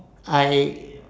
I